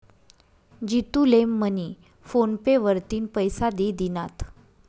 जितू ले मनी PhonePe वरतीन पैसा दि दिनात